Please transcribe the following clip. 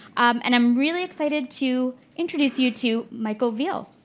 and i'm really excited to introduce you to michael veale.